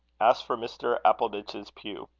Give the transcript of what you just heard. ask for mr. appleditch's pew.